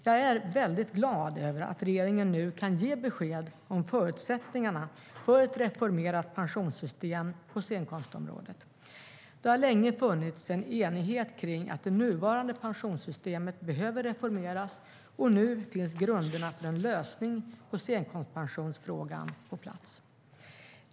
Jag är väldigt glad över att regeringen nu kan ge besked om förutsättningarna för ett reformerat pensionssystem på scenkonstområdet. Det har länge funnits en enighet om att det nuvarande pensionssystemet behöver reformeras, och nu finns grunderna för en lösning på scenkonstpensionsfrågan på plats.